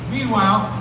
Meanwhile